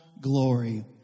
glory